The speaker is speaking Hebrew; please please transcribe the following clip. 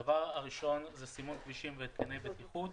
הדבר הראשון הוא סימון כבישים והתקני בטיחות,